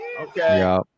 Okay